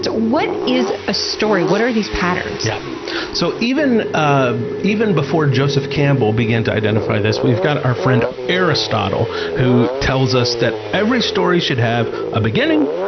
what is a story, what are these patterns? yeah so, even um even before joseph campbell began to identify this, we've got our friend aristotle who tells us that every story should have a beginning,